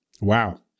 Wow